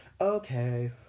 Okay